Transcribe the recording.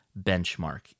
benchmark